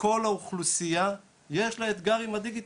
לכל האוכלוסייה יש אתגר עם הדיגיטל.